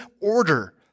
order